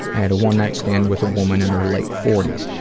i had a one night stand with a woman in her late forty s.